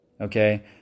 okay